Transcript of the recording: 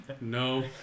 No